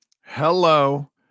Hello